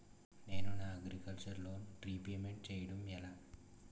నేను నా agriculture loan repayment చేయడం ఎలా?